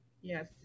Yes